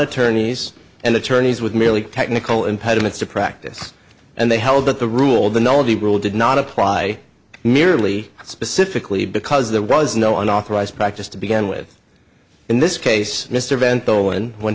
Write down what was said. attorneys and attorneys with merely technical impediments to practice and they held that the rule the no the rule did not apply merely specifically because there was no unauthorized practice to begin with in this case mr vento and when